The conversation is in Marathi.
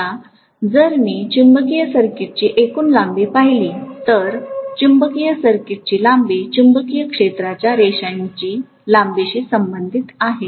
आता जर मी चुंबकीय सर्किटची एकूण लांबी पाहिली तर चुंबकीय सर्किटची लांबी चुंबकीय क्षेत्राच्या रेषाची लांबीशी संबंधित आहे